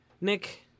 nick